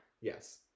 Yes